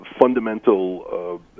fundamental